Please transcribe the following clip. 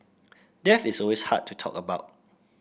death is always hard to talk about